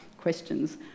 questions